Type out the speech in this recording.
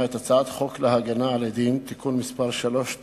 את הצעת החוק להגנה על עדים (תיקון מס' 3),